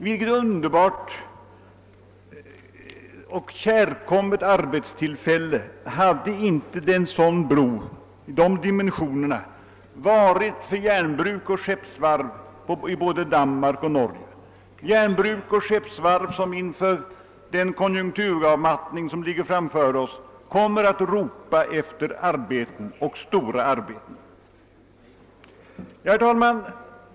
Vilket underbart och kärkommet arbetstillfälle hade inte en bro av de dimensionerna varit för järn bruk och skeppsvarv i både Danmark och Sverige, dessa järnbruk och skeppsvarv som inför den konjunkturavmattning som ligger framför oss kommer att ropa efter arbeten, stora arbeten! Herr talman!